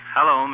Hello